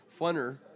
funner